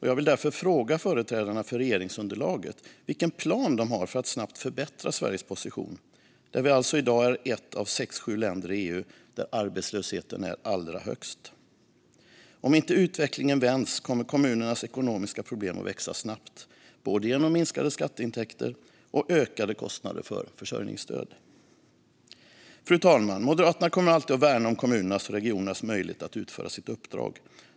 Jag vill därför fråga företrädarna för regeringsunderlaget vilken plan de har för att snabbt förbättra Sveriges position, då vi i dag alltså är ett av de sex sju länder i EU där arbetslösheten är allra högst. Om inte utvecklingen vänds kommer kommunernas ekonomiska problem att växa snabbt, både genom minskade skatteintäkter och genom ökade kostnader för försörjningsstöd. Fru talman! Moderaterna kommer alltid att värna om kommunernas och regionernas möjlighet att utföra sitt uppdrag.